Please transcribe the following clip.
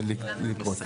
שצריך לקרות.